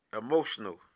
Emotional